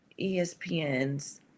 ESPN's